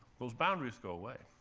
those boundaries go away.